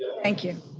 thank you.